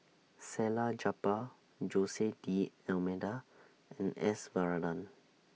Salleh Japar Jose D'almeida and S Varathan